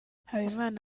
habimana